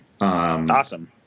Awesome